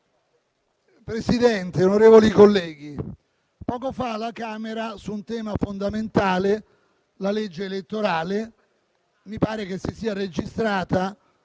Presidente, onorevoli colleghi, poco fa alla Camera, su un tema fondamentale quale la legge elettorale, mi pare che si sia registrata